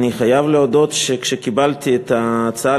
אני חייב להודות שכשקיבלתי את ההצעה